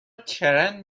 چرند